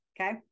okay